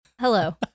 Hello